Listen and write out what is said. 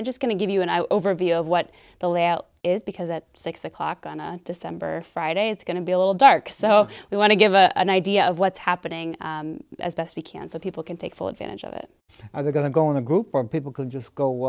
maybe just going to give you an eye over view of what the layout is because at six o'clock on a december friday it's going to be a little dark so we want to give a an idea of what's happening as best we can so people can take full advantage of it are they going to go in a group of people who just go